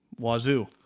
Wazoo